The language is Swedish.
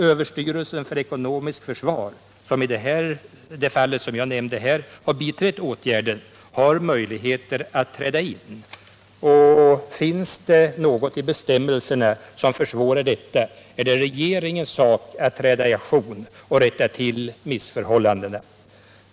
Överstyrelsen för ekonomiskt försvar, som i det fall jag här nämnde har biträtt åtgärden, har möjligheter att träda in, och om det finns något i bestämmelserna som försvårar detta är det regeringens sak att träda i aktion och rätta till missförhållandena.